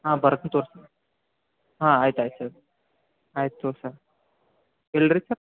ಹಾಂ ಬರತ್ನಿ ತಗೋರಿ ಹಾಂ ಆಯ್ತು ಆಯ್ತು ಸರ್ ಆಯಿತು ತಗೋರಿ ಸರ್ ಇಲ್ರಿಯಪ್ಪ